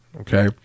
Okay